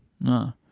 no